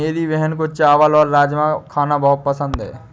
मेरी बहन को चावल और राजमा खाना बहुत पसंद है